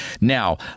Now